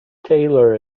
tailor